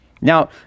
Now